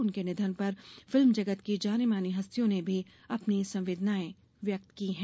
उनके निधन पर फिल्म जगत की जानमानी हस्तियों ने भी अपनी संवेदनाएं व्यक्त की है